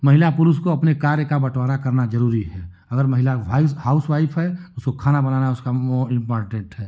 महिला पुरुष को अपने कार्य का बंटवारा करना जरूरी है अगर महिला व्हाइस हाउस वाइफ है उसको खाना बनाना उसका वो इम्पोर्टेन्ट है